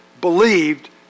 believed